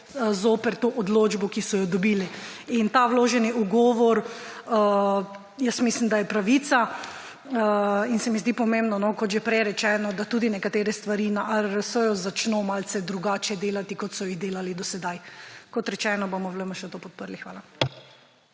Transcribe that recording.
zoper odločbo, ki so jo dobili. Vloženi ugovor jaz mislim, da je pravica, in se mi zdi pomembno, kot že prej rečeno, da nekatere stvari na ARRS začno malce drugače delati, kot so jih delali do sedaj. Kot rečeno, bomo v LMŠ to podprli. Hvala.